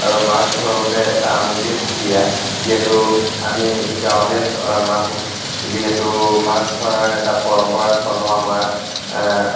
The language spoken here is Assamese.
আৰু মাছ ধৰোঁতে এটা আমেজেই সুকীয়া যিহেতু আমি গাঁৱলীয়া মানুহ যিহেতু মাছ ধৰাৰ এটা পৰম্পৰা ধৰণৰ আমাৰ